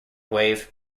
wave